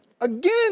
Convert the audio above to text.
again